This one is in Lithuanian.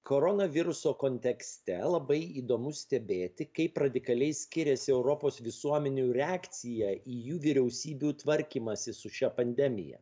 koronaviruso kontekste labai įdomu stebėti kaip radikaliai skiriasi europos visuomenių reakcija į jų vyriausybių tvarkymąsi su šia pandemija